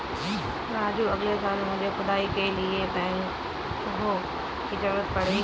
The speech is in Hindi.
राजू अगले साल मुझे खुदाई के लिए बैकहो की जरूरत पड़ेगी